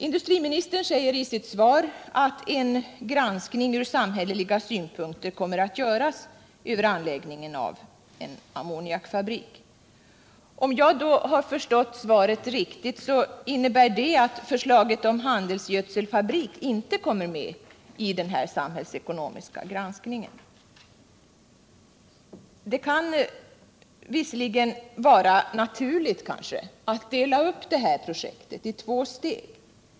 Industriministern säger i sitt svar att en granskning från samhälleliga synpunkter kommer att göras över anläggningen av en ammoniakfabrik. Om jag förstått svaret rätt så innebär det att förslaget om handelsgödselfabrik inte kommer med i den samhällsekonomiska granskningen. Det kan visserligen vara naturligt att dela upp projektet i två steg.